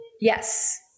Yes